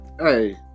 hey